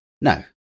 No